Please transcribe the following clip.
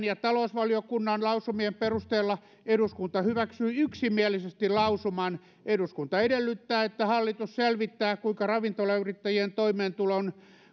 ja talousvaliokunnan lausumien perusteella eduskunta hyväksyi yksimielisesti lausuman eduskunta edellyttää että hallitus selvittää kuinka ravintolayrittäjien toimeentulon